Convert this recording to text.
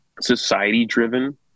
society-driven